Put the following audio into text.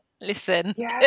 listen